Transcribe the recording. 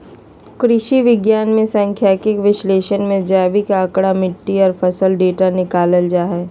कृषि विज्ञान मे सांख्यिकीय विश्लेषण से जैविक आंकड़ा, मिट्टी आर फसल डेटा निकालल जा हय